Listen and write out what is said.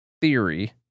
theory